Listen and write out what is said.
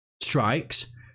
strikes